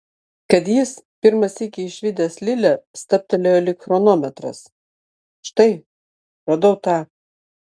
kad jis pirmą sykį išvydęs lilę stabtelėjo lyg chronometras štai radau tą